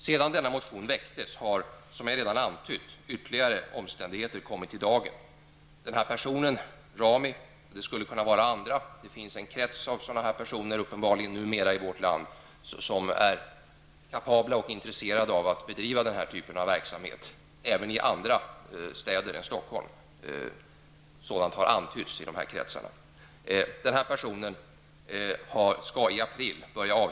Sedan denna motion väcktes har ytterligare omständigheter kommit i dagen. Denna person, Rami -- eller andra; det finns numera uppenbarligen en krets av personer i vårt land som är kapabla och intresserade av att bedriva denna typ av verksamhet, även i andra städer än Stockholm; sådant har antytts i kretsarna har nu återupptagit sändningarna.